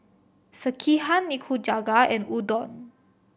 Sekihan Nikujaga and Udon